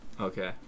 Okay